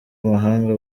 mahanga